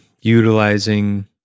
utilizing